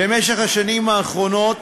במשך השנים האחרונות,